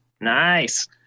Nice